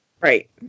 right